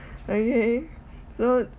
okay so